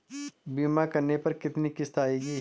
बीमा करने पर कितनी किश्त आएगी?